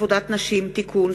הצעת חוק עבודת נשים (תיקון,